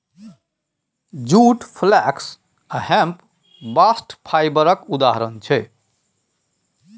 जुट, flax आ hemp bast fibre केर उदाहरण छै